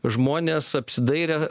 žmonės apsidairę